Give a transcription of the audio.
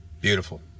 Beautiful